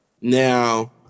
now